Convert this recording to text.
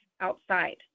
outside